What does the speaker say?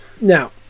Now